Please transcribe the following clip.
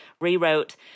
rewrote